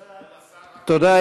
תודה.